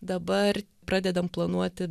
dabar pradedam planuoti